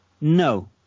No